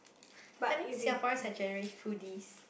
I think Singaporeans are generally foodies